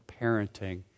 parenting